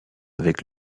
avec